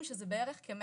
זה מה שיש לי,